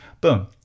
boom